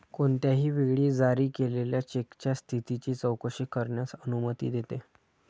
कोणत्याही वेळी जारी केलेल्या चेकच्या स्थितीची चौकशी करण्यास अनुमती देते